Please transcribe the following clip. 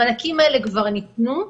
המענקים האלה כבר ניתנו.